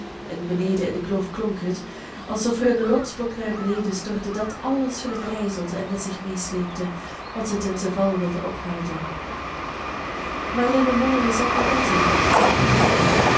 en beneden in de kloof klonk het alsof er een rotsblok naar beneden stortte dat alles verbrijzelde en met zich meesleepte wat het in zijn val wilde ophouden maar in den molen zat babette en weende